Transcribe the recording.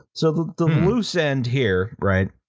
so the loose end here, right,